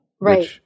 Right